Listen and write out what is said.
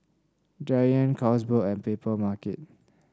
Giant Carlsberg and Papermarket